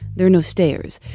there are no stairs.